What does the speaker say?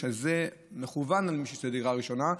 זה מכוון למי שזו הדירה הראשונה שלו.